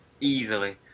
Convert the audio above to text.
easily